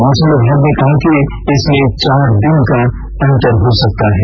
मौसम विभाग ने कहा कि इसमें चार दिन का अंतर हो सकता है